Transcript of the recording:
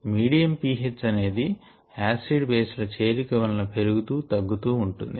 medium pH అనేది acid base ల చేరిక వలన పెరుగుతూ తగ్గుతూ ఉంటుంది